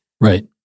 Right